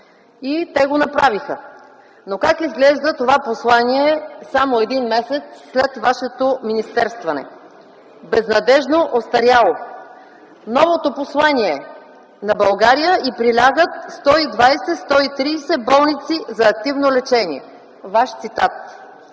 и те го направиха. Как изглежда това послание само един месец след Вашето министерстване – безнадеждно остаряло?! Новото послание: „На България й прилягат 120-130 болници за активно лечение.” – това